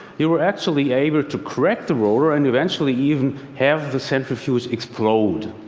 you are actually able to crack the rotor and eventually even have the centrifuge explode.